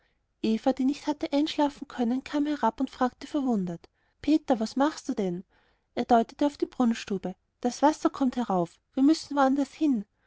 die nicht hatte einschlafen können kam herab und fragte verwundert peter was machst du denn er deutete auf die brunnstube das wasser kommt herauf wir müssen woanders hin